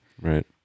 Right